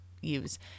use